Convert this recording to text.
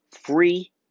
free